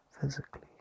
physically